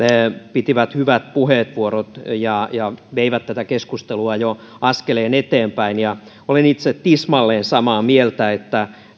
pitivät hyvät puheenvuorot ja ja veivät tätä keskustelua jo askeleen eteenpäin olen itse tismalleen samaa mieltä että